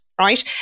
Right